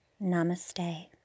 namaste